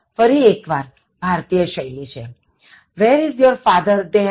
ફરી એક વાર ભારતીય શૈલી where is your father they have come